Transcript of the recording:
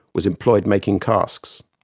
was employed making casks.